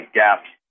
gaps